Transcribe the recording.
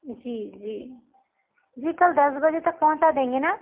जी जी जी कल दस बजे तक पहुँचा देंगे ना